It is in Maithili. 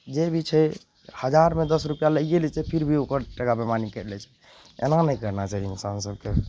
जे भी छै हजारमे दस रुपैआ लैए लै छै फिर भी ओकर टाका बेइमानी करि लै छै एना नहि करना चाही इंसान सभके